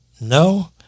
no